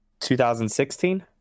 2016